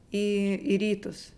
į į rytus